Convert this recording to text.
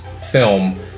film